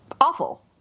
awful